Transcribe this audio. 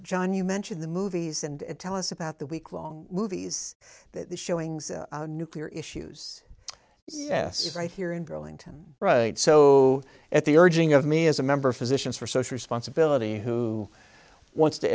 john you mentioned the movies and tell us about the week long movies showing nuclear issues yes right here in burlington right so at the urging of me as a member of physicians for social responsibility who wants to